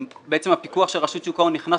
בעצם הפיקוח של רשות שוק ההון נכנס